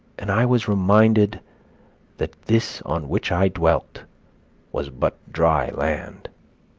and i was reminded that this on which i dwelt was but dry land.